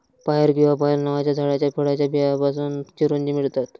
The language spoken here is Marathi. पायर किंवा पायल नावाच्या झाडाच्या फळाच्या बियांपासून चिरोंजी मिळतात